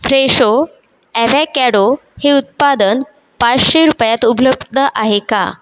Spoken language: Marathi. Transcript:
फ्रेशो ॲव्हॅकॅडो हे उत्पादन पाचशे रुपयात उपलब्ध आहे का